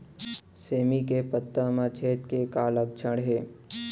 सेमी के पत्ता म छेद के का लक्षण हे?